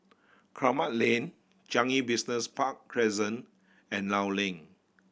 Kramat Lane Changi Business Park Crescent and Law Link